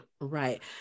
Right